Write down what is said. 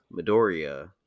Midoriya